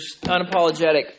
unapologetic